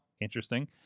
Interesting